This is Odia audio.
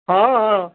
ହଁ ହଁ